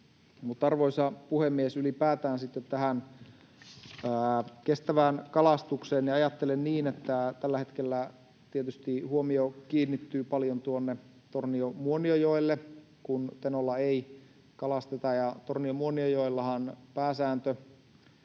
arvoisa puhemies, ylipäätään sitten tähän kestävään kalastukseen. Ajattelen niin, että tällä hetkellä tietysti huomio kiinnittyy paljon tuonne Tornion—Muonionjoelle, kun Tenolla ei kalasteta, ja Tornion—Muonionjoellahan pääsääntö